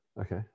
Okay